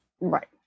Right